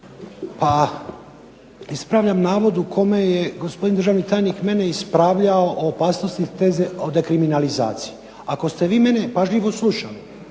Pa ispravljam navod u kome je gospodin državni tajnik mene ispravljao o opasnosti teze dekriminalizacije. Ako ste vi mene pažljivo slušali,